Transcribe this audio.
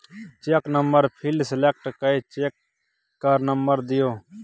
cheque number field select कए cheque केर number दियौ